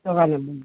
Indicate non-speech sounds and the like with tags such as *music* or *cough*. *unintelligible*